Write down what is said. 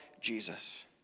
Jesus